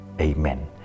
Amen